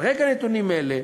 על רקע נתונים אלה,